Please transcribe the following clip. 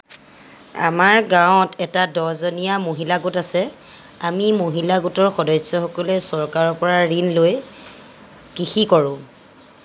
আমাৰ গাঁৱত এটা দহজনীয়া মহিলা গোট আছে আমি মহিলা গোটৰ সদস্যসকলে চৰকাৰৰ পৰা ঋণ লৈ কৃষি কৰোঁ